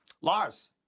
Lars